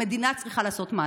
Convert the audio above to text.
המדינה צריכה לעשות מעשה.